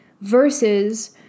versus